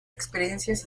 experiencias